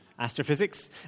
astrophysics